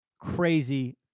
crazy